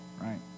right